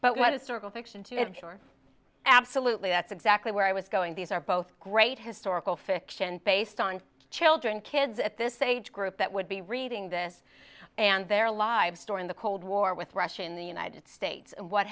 to absolutely that's exactly where i was going these are both great historical fiction based on children kids at this age group that would be reading this and their lives story in the cold war with russia in the united states